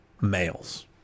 males